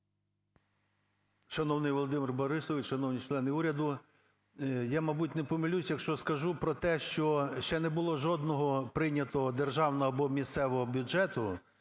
Шановний Володимире Борисовичу, шановні члени уряду, я, мабуть, не помилюся, якщо скажу про те, що ще не було жодного прийнятого Державного або місцевого бюджету